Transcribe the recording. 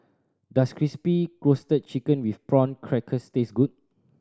does Crispy Roasted Chicken with Prawn Crackers taste good